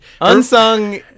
Unsung-